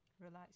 Relax